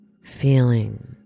feeling